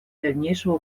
дальнейшего